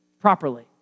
Properly